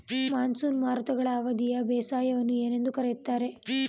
Monsoon ಮಾರುತಗಳ ಅವಧಿಯ ಬೇಸಾಯವನ್ನು ಏನೆಂದು ಕರೆಯುತ್ತಾರೆ?